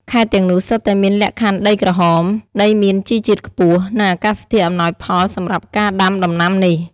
ខេត្តទាំងនោះសុទ្ធតែមានលក្ខខណ្ឌដីក្រហម ដីមានជីជាតិខ្ពស់ និងអាកាសធាតុអំណោយផលសម្រាប់ការដាំដំណាំនេះ។